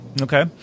Okay